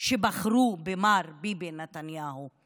שבחרו במר ביבי נתניהו,